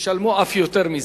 שישלמו אף יותר מזה.